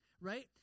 right